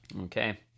Okay